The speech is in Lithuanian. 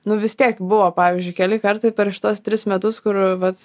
nu vis tiek buvo pavyzdžiui keli kartai per šituos tris metus kur vat